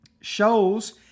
shows